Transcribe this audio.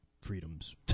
freedoms